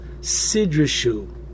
Sidrashu